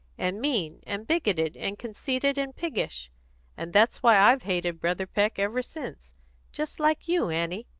and mean, and bigoted, and conceited, and piggish and that's why i've hated brother peck ever since just like you, annie.